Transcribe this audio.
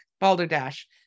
balderdash